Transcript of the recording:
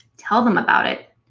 tell them about it.